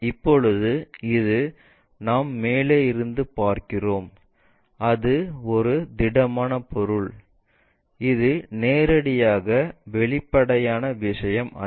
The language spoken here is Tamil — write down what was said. இப்போது இது நாம் மேலே இருந்து பார்க்கிறோம் அது ஒரு திடமான பொருள் இது நேரடியான வெளிப்படையான விஷயம் அல்ல